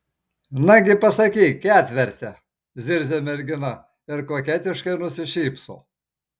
nagi pasakyk ketverte zirzia mergina ir koketiškai nusišypso